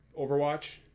Overwatch